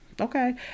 Okay